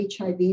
HIV